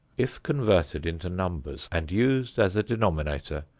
if converted into numbers and used as a denominator,